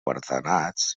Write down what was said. guardonats